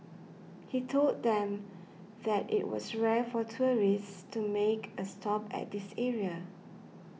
he told them that it was rare for tourists to make a stop at this area